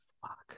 fuck